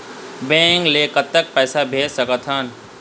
Bank ले कतक पैसा भेज सकथन?